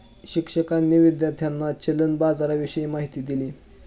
शिक्षकांनी विद्यार्थ्यांना चलन बाजाराविषयी माहिती दिली